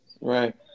Right